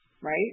right